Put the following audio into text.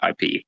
IP